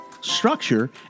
structure